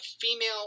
female